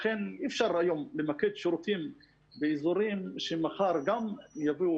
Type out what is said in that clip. לכן אי-אפשר למקם שירותים באזורים שמחר יביאו גם